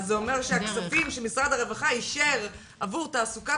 זה אומר שהכספים שמשרד הרווחה אישר עבור תעסוקת